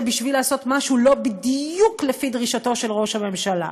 בשביל לעשות משהו לא בדיוק לפי דרישתו של ראש הממשלה.